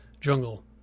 jungle